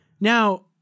Now